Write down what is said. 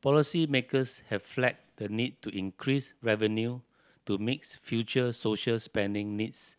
policymakers have flagged the need to increase revenue to mix future social spending needs